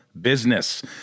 business